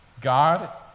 God